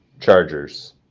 Chargers